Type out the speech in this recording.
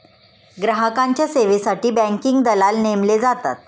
ग्राहकांच्या सेवेसाठी बँकिंग दलाल नेमले जातात